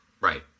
Right